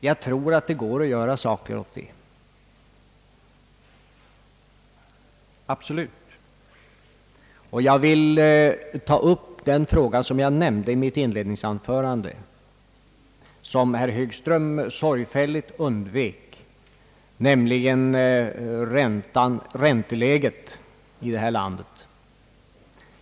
Jag tror absolut att det går att göra saker och ting i de här frågorna. Jag vill ta upp en fråga som jag nämnde i mitt inledningsanförande men som herr Högström sorgfälligt undvek, nämligen ränteläget i detta land.